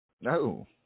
No